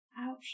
Ouch